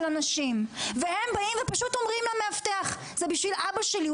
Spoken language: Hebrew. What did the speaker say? אנשים והם באים ופשוט אומרים למאבטח: זה בשביל אבא שלי,